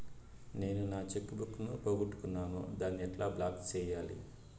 నేను నా cheque book ను పోగొట్టుకున్నాను దాన్ని ఎట్లా బ్లాక్ సేయాలి?